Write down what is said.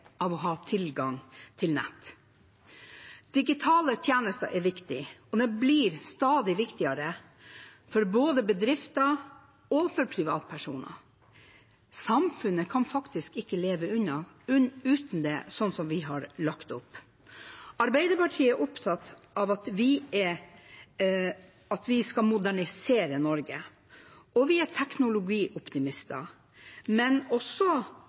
av å ha tilgang til nett. Digitale tjenester er viktig, og de blir stadig viktigere for både bedrifter og privatpersoner. Samfunnet kan faktisk ikke leve uten det, slik vi har lagt det opp. Arbeiderpartiet er opptatt av at vi skal modernisere Norge, og vi er teknologioptimister. Men vi er også